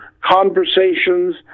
conversations